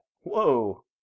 Whoa